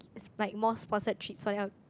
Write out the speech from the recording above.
it's like more sponsored treats for them